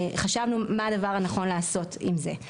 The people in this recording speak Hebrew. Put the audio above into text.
חשבנו מה הדבר הנכון לעשות עם זה?